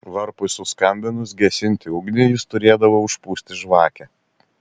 varpui suskambinus gesinti ugnį jis turėdavo užpūsti žvakę